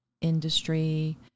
industry